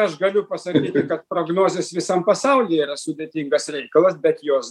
aš galiu pasakyti kad prognozės visam pasaulyje yra sudėtingas reikalas bet jos